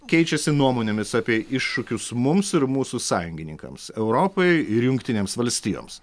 keičiasi nuomonėmis apie iššūkius mums ir mūsų sąjungininkams europai ir jungtinėms valstijoms